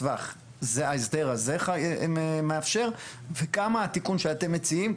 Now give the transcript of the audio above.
בטווח זה ההסדר הזה מאפשר וכמה התיקון שאתם מציעים,